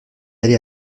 allée